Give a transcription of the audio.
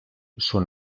son